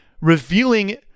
revealing